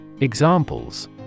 Examples